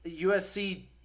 USC